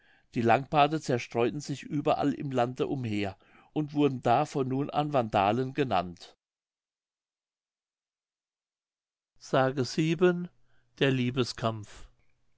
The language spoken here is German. die langbarte zerstreueten sich überall im lande umher und wurden da von nun an wandalen genannt